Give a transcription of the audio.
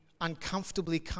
uncomfortably